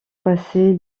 passer